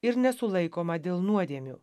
ir nesulaikoma dėl nuodėmių